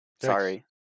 Sorry